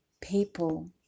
people